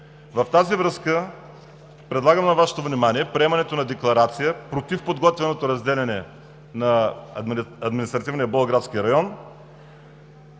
В тази връзка предлагам на Вашето внимание приемането на Декларация против подготвяното разделяне на административния Болградски район,